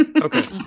Okay